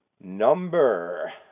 number